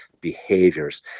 behaviors